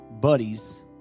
buddies